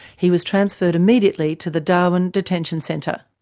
he was transferred immediately to the darwin detention centre.